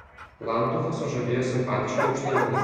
lantuchą sužavėjo simpatiška aukštaūgė